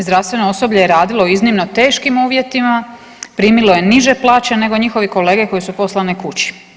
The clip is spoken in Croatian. Zdravstveno osoblje je radilo u iznimno teškim uvjetima, primilo je niže plaće nego njihovi kolege koji su poslani kući.